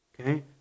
okay